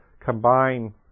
combine